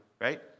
right